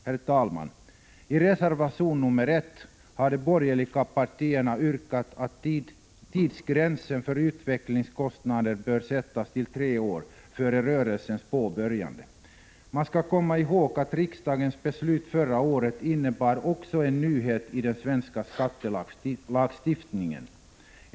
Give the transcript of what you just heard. I reservation nr 1 till skatteutskottets betänkande har de borgerliga partierna yrkat att tidsgränsen för utvecklingskostnader bör sättas till tre år före rörelsens påbörjande. Man skall komma ihåg att riksdagens beslut förra året också innebar en nyhet i den svenska skattelagstiftningen.